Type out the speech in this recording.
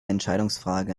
entscheidungsfrage